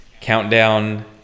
countdown